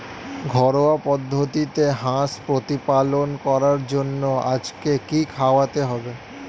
ঘরোয়া পদ্ধতিতে হাঁস প্রতিপালন করার জন্য আজকে কি খাওয়াতে হবে?